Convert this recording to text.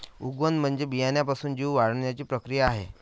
उगवण म्हणजे बियाण्यापासून जीव वाढण्याची प्रक्रिया आहे